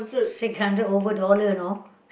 six hundred over dollar you know